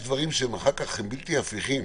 שאחר כך הם בלתי הפיכים.